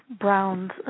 Brown's